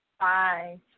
Bye